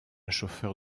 chauffeur